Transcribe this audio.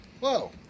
Whoa